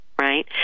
right